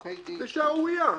זה שערורייה.